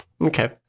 Okay